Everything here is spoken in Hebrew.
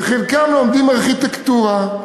וחלקם לומדים ארכיטקטורה,